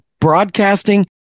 broadcasting